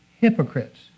hypocrites